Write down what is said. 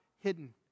hidden